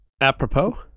Apropos